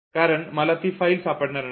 कारण मला ती फाईल सापडणार नाही